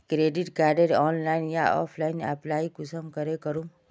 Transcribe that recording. Credit कार्डेर online या offline apply कुंसम करे करूम?